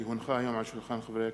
כי הונחה היום על שולחן הכנסת,